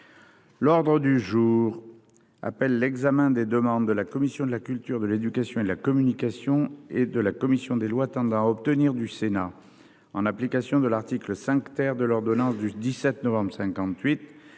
L'ordre du jour appelle l'examen des demandes de la Commission de la culture de l'éducation et de la communication et de la commission des lois tendant à obtenir du Sénat en application de l'article 5 ter de l'ordonnance du 17 novembre 58